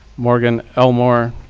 morgan elmore.